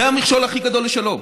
זה המכשול הכי גדול לשלום.